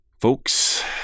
Folks